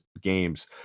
games